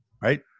right